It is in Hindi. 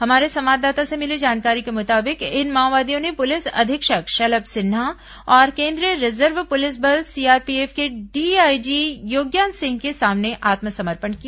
हमारे संवाददाता से मिली जानकारी के मुताबिक इन माओवादियों ने पुलिस अधीक्षक शलभ सिन्हा और केंद्रीय रिजर्व पुलिस बल सीआरपीएफ के डीआईजी योज्ञान सिंह के सामने आत्मसमर्पण किया